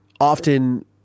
often